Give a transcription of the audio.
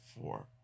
four